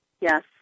Yes